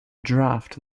draft